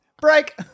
Break